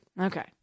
Okay